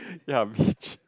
ya beach